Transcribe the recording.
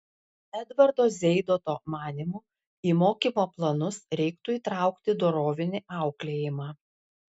edvardo zeidoto manymu į mokymo planus reiktų įtraukti dorovinį auklėjimą